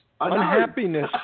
Unhappiness